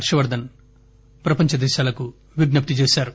హర్షవర్థన్ ప్రపంచదేశాలకు విజ్ఞప్తి చేశారు